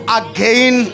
again